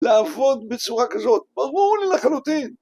לעבוד בצורה כזאת, ברור לי לחלוטין